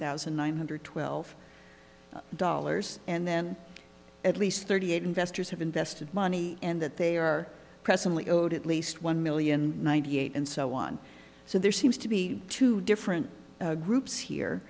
thousand nine hundred twelve dollars and then at least thirty eight investors have invested money and that they are presently owed at least one million ninety eight and so on so there seems to be two different groups here